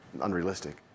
unrealistic